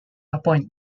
appoint